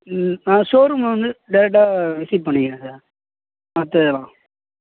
ம் ஆ showroom வந்து டேரெக்ட்டாக விசிட் பண்ணிக்கிறேன் சார் மற்றதெல்லாம்